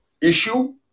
issue